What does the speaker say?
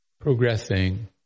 progressing